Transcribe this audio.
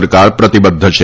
સરકાર પ્રતિબદ્ધ છે